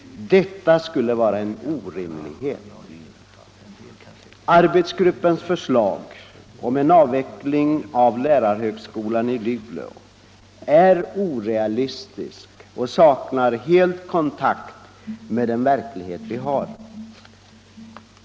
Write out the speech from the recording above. Detta skulle vara en orimlighet. Arbetsgruppens förslag om en avveckling av lärarhögskolan i Luleå är orealistiskt och saknar helt kontakt med den verklighet vi har.